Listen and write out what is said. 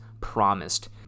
promised